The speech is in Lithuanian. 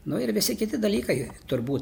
nu ir visi kiti dalykai turbūt